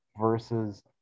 versus